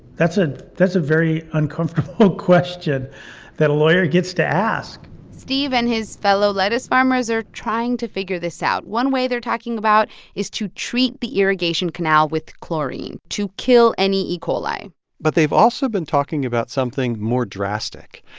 that's ah that's a very uncomfortable question that a lawyer gets to ask steve and his fellow lettuce farmers are trying to figure this out. one way they're talking about is to treat the irrigation canal with chlorine to kill any e. coli but they've also been talking about something more drastic.